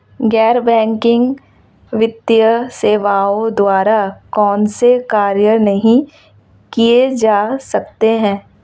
गैर बैंकिंग वित्तीय सेवाओं द्वारा कौनसे कार्य नहीं किए जा सकते हैं?